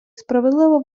справедливо